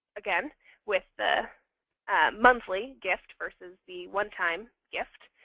again with the monthly gift versus the one-time gift.